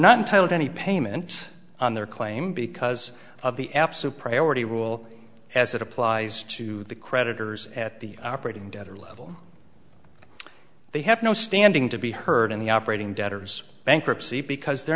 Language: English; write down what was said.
not entitled any payment on their claim because of the absolute priority rule as it applies to the creditors at the operating together level they have no standing to be heard in the operating debtors bankruptcy because they're